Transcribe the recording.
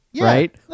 right